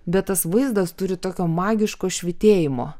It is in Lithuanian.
bet tas vaizdas turi tokio magiško švytėjimo